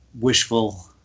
wishful